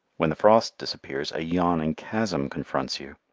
when the frost disappears, a yawning chasm confronts you.